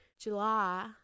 July